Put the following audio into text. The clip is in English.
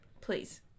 Please